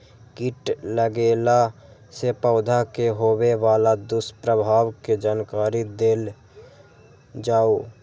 कीट लगेला से पौधा के होबे वाला दुष्प्रभाव के जानकारी देल जाऊ?